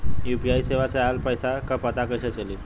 UPI सेवा से ऑयल पैसा क पता कइसे चली?